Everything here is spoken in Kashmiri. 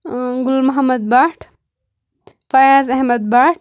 گُل محمد بٹ فیاض احمد بٹ